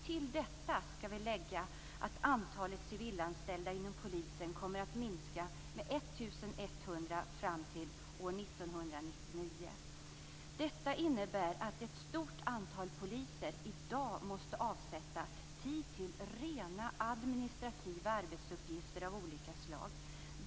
Till detta skall vi lägga att antalet civilanställda inom polisen kommer att minska med 1 100 fram till år 1999. Detta innebär att ett stort antal poliser i dag måste avsätta tid till rena administrativa arbetsuppgifter av olika slag.